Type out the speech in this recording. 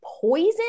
poison